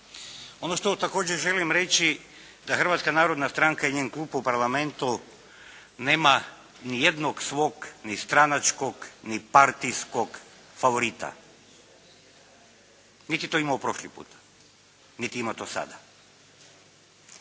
Ono što također želim reći da Hrvatska narodna stranka i njen klub u Parlamentu nema ni jednog svog ni stranačkog ni partijsko favorita. Niti je to imao prošli put. Niti to ima sada.